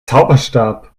zauberstab